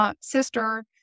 sister